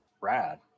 Rad